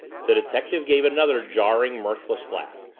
the detective gave another jarring, mirthless laugh.